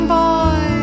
boy